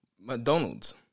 mcdonald's